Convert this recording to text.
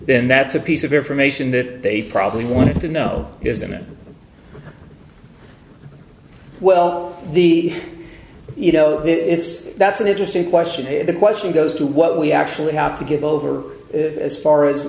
then that's a piece of information that they probably wanted to know isn't it well the you know it's that's an interesting question and the question goes to what we actually have to give over as far as